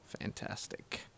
Fantastic